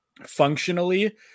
functionally